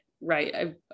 right